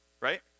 right